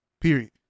Period